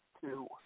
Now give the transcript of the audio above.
two